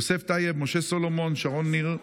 יוסף טייב, משה סולומון, שרון ניר,